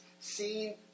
seen